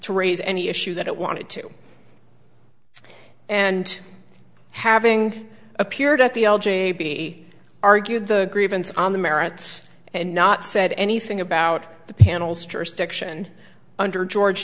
to raise any issue that it wanted to and having appeared at the l g a be argued the grievance on the merits and not said anything about the panel's jurisdiction under george